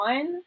One